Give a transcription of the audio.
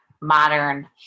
modern